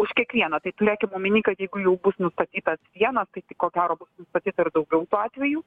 už kiekvieną tai turėkit omeny kad jeigu jau bus nustatytas vienas taip tai ko gero bus nustatyta ir daugiau tų atvejų